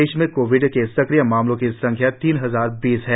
प्रदेश में कोविड के सक्रिय मामलों की संख्या तीन हजार बीस है